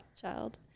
child